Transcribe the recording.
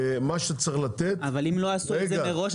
מה שצריך לתת --- אבל אם לא עשו את זה מראש,